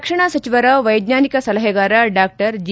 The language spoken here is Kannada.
ರಕ್ಷಣಾ ಸಚಿವರ ವೈಜ್ವಾನಿಕ ಸಲಹೆಗಾರ ಡಾ ಜಿ